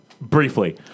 briefly